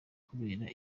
kubera